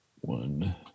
one